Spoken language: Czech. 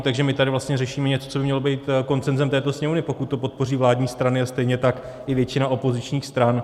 Takže my tady vlastně řešíme něco, co by mělo být konsenzem této Sněmovny, pokud to podpoří vládní strany a stejně tak i většina opozičních stran.